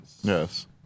Yes